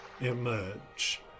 emerge